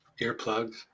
earplugs